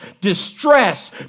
distress